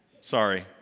Sorry